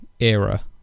era